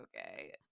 okay